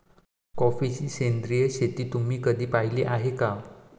कॉफीची सेंद्रिय शेती तुम्ही कधी पाहिली आहे का?